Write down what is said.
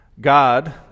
God